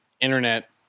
internet